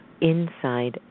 inside